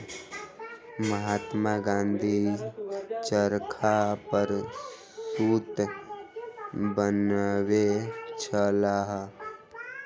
महात्मा गाँधी चरखा पर सूत बनबै छलाह